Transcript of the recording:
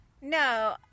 No